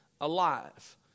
alive